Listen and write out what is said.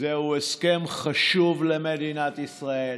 זהו הסכם חשוב למדינת ישראל,